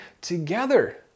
together